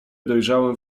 dojrzałem